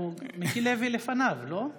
מיקי לוי לפניו, לא?